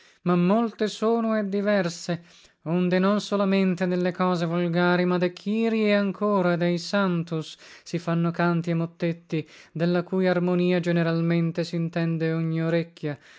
ma molte sono e diverse onde non solamente delle cose volgari ma de chirie ancora e dei santus si fanno canti e mottetti della cui armonia generalmente sintende ogni orecchia